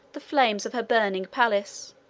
the flames of her burning palace,